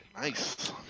Nice